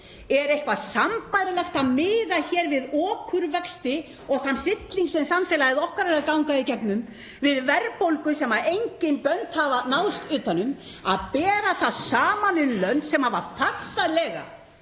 Er eitthvað sambærilegt að miða við okurvexti og þann hrylling sem samfélagið okkar er að ganga í gegnum, við verðbólgu sem engin bönd hafa náðst utan um, og bera það saman við önnur lönd sem hafa farsællega